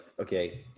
okay